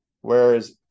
Whereas